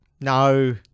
No